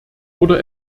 oder